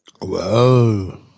Whoa